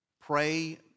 Pray